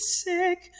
sick